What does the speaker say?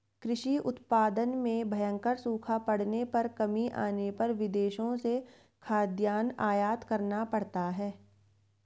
कृषि उत्पादन में भयंकर सूखा पड़ने पर कमी आने पर विदेशों से खाद्यान्न आयात करना पड़ता है